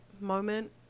moment